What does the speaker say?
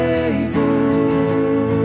able